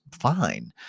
fine